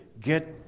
get